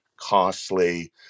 costly